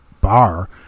bar